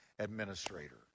administrator